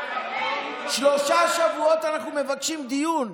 שלושה שבועות אנחנו מבקשים דיון,